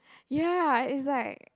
ya it's like